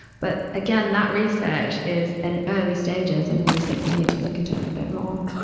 but again, that research is at early stages and we simply need to look at it a bit more.